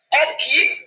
upkeep